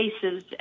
cases